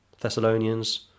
Thessalonians